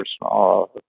personal